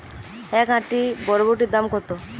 এক আঁটি বরবটির দাম কত?